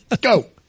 go